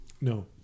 No